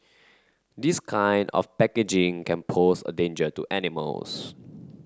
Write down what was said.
this kind of packaging can pose a danger to animals